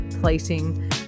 placing